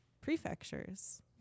prefectures